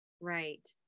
Right